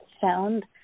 found